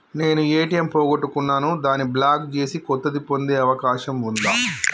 నేను ఏ.టి.ఎం పోగొట్టుకున్నాను దాన్ని బ్లాక్ చేసి కొత్తది పొందే అవకాశం ఉందా?